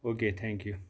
okay thank you